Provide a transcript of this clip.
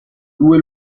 due